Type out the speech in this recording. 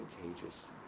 contagious